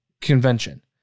Convention